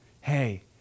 hey